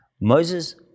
Moses